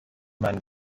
mein